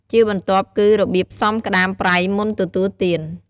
ជាបន្ទាប់គឺ របៀបផ្សំក្តាមប្រៃមុនទទួលទាន។